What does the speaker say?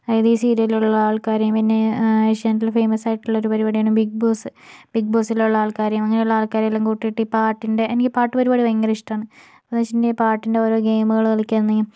അതായത് ഈ സീരിയലുകളിലുള്ള ആൾകാരേയും പിന്നെ ഏഷ്യാനെറ്റിലെ ഫേമസ് ആയിട്ടുള്ള ഒരു പരിപാടിയാണ് ബിഗ്ബോസ്സ് ബിഗ്ബോസിലുള്ള ആൾകാരേം അങ്ങനെയുള്ള ആൾകാരേം കൂട്ടീട്ട് ഈ പാട്ടിൻറെ എനിക്ക് പാട്ട് പരിപാടികൾ ഭയങ്കരിഷ്ടമാണ് എന്തെന്നുവച്ചിട്ടുണ്ടെങ്കിൽ പാട്ടിൻറെ ഓരോ ഗെയിംകള് കളിക്കുന്നത്